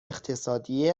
اقتصادی